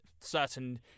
certain